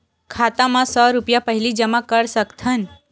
खाता मा सौ रुपिया पहिली जमा कर सकथन?